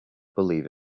believe